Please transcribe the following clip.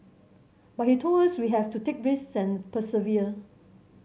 but he told us we have to take reason persevere